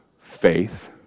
faith